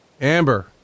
Amber